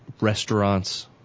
restaurants